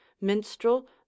minstrel